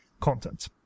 content